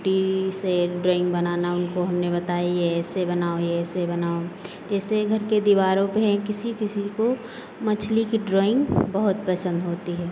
putty से drawing बनाना उनको हमने बताई ये ऐसे बनाओ ये ऐसे बनाओ जैसे घर के दीवारों पे है किसी किसी को मछली की ड्राइंग बहुत पसंद होती है